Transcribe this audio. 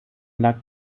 lag